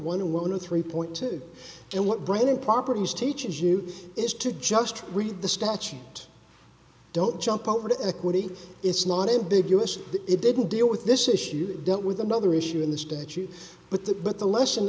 one one or three point two and what brand of properties teaches you is to just read the statute don't jump out equity it's not ambiguous it didn't deal with this issue dealt with another issue in the statute but that but the lesson